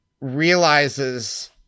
realizes